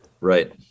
Right